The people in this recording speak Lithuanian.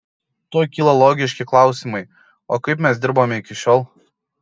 tuoj kyla logiški klausimai o kaip mes dirbome iki šiol